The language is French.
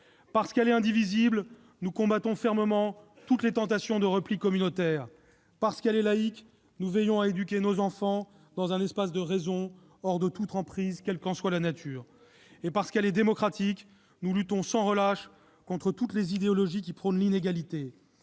Parce qu'elle est indivisible, nous combattons fermement toutes les tentations de repli communautaire. Parce qu'elle est laïque, nous veillons à éduquer nos enfants dans un espace de raison, hors de toute emprise, quelle qu'en soit la nature. Parce qu'elle est démocratique, nous luttons sans relâche contre toutes les idéologies qui prônent l'inégalité.